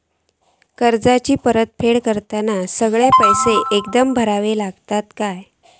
कर्जाची परत फेड करताना सगळे पैसे एकदम देवचे लागतत काय?